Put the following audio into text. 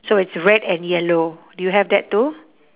so it's red and yellow do you have that too